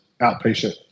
outpatient